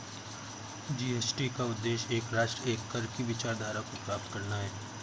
GST का उद्देश्य एक राष्ट्र, एक कर की विचारधारा को प्राप्त करना है